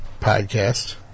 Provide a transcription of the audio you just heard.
podcast